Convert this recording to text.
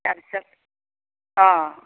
তাৰ পিছত অঁ